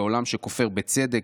בעולם שכופר בצדק,